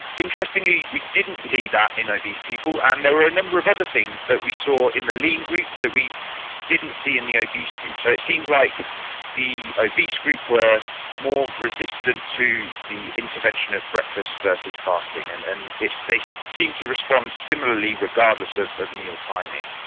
interestingly we didn't see that in obese people, and there were a number of other things that we saw in the lean group that we didn't see in the obese group. so it seems like the obese group were more resistant to the intervention of breakfast versus fasting. and and they seemed to respond similarly regardless of of meal timing.